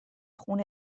خون